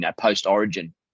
post-origin